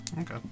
Okay